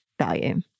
value